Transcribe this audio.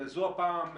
זו הפעם,